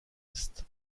est